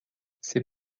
ses